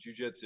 Jujitsu